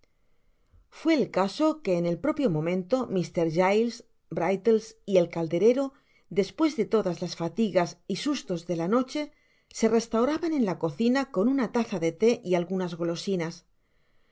fué el caso que en el propio momento mr giles rrillles y el calderero despues de todas las fatigas y sustos de la noche se restauraban en la cocina con una taza de ihé y algunas golosinas